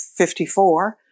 54